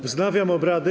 Wznawiam obrady.